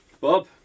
Bob